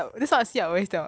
disgusting